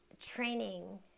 training